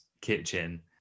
kitchen